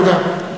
תודה.